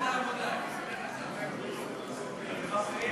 נשאר בתפקיד חמש שנים או לא?